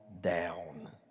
down